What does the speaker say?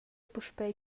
puspei